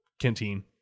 canteen